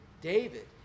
david